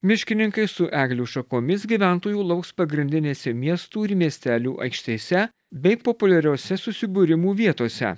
miškininkai su eglių šakomis gyventojų lauks pagrindinėse miestų ir miestelių aikštėse bei populiariose susibūrimų vietose